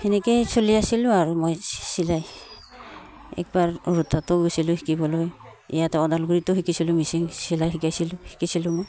সেনেকৈয়ে চলি আছিলোঁ আৰু মই চিলাই এবাৰ ৰৌতাটো গৈছিলোঁ শিকিবলৈ ইয়াত ওদালগুৰিটো শিকিছিলোঁ মেচিন চিলাই শিকাইছিলোঁ শিকিছিলোঁ মই